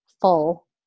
full